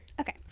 Okay